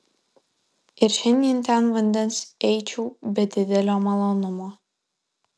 ir šiandien ten vandens eičiau be didelio malonumo